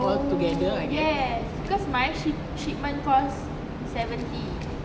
oh yes cause my ship shipment cost seventy